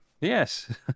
Yes